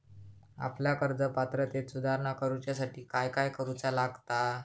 आपल्या कर्ज पात्रतेत सुधारणा करुच्यासाठी काय काय करूचा लागता?